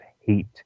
hate